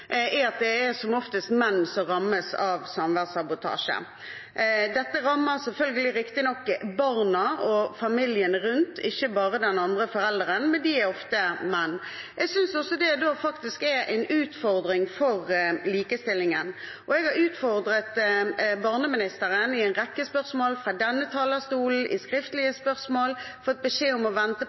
er at det som oftest er menn som rammes av samværssabotasje. Riktignok rammer dette barna og familien rundt, ikke bare den andre forelderen, men de er ofte menn. Jeg synes også det er en utfordring for likestillingen, og jeg har utfordret barneministeren i en rekke spørsmål fra denne talerstolen, i skriftlige spørsmål og har fått beskjed om å vente på